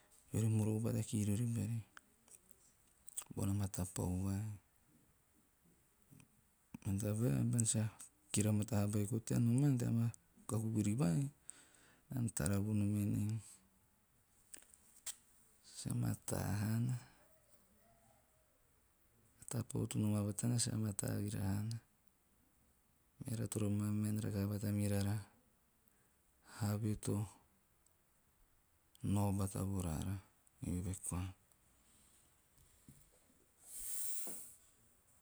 Beori moroko bata mirori bari bona maa tapau vvai. Men tabae bean sa kikira vamataa haa beiko tean tea maa vuri vai nomana, naa na tara vonom enei sa mataa haana. A tapau to noma batana sa mataa vira haana. Eara toro mamaeen rakaha bata mirara have to nao bata vo raara. Eve koa.